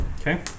Okay